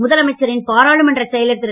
முதலமைச்சரின் பாராளுமன்றச் செயலர் திரு